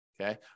Okay